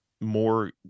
more